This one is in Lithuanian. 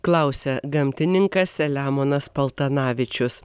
klausia gamtininkas selemonas paltanavičius